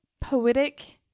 poetic